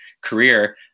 career